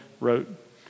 wrote